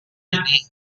ini